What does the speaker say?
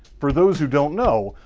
for those who don't know,